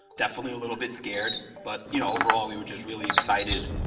definitely a little bit scared, but you know overall we were just really excited.